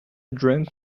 drunk